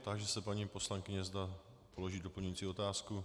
Táži se paní poslankyně, zda položí doplňující otázku.